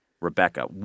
Rebecca